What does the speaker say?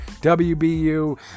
wbu